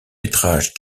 métrages